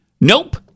Nope